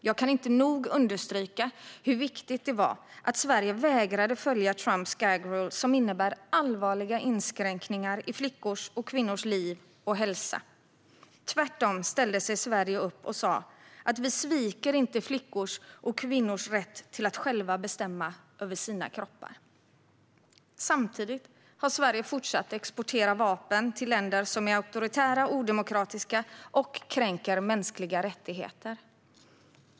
Jag kan inte nog understryka hur viktigt det var att Sverige vägrade följa Trumps gag rule som innebär allvarliga inskränkningar i flickors och kvinnors liv och hälsa. Tvärtom ställde sig Sverige upp och sa att vi inte sviker flickors och kvinnors rätt att själva bestämma över sina kroppar. Samtidigt har Sverige fortsatt att exportera vapen till länder som är auktoritära och odemokratiska och kränker mänskliga rättigheter.